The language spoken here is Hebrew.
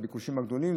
הביקושים הגדולים,